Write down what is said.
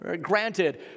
Granted